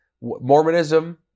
mormonism